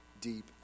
deep